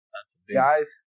Guys